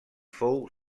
fou